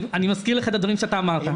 אני מזכיר לך את הדברים שאתה אמרת.